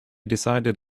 decided